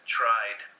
tried